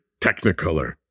technicolor